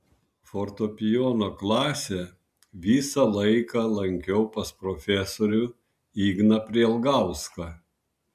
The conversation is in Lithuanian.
fortepijono klasę visą laiką lankiau pas profesorių igną prielgauską